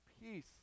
peace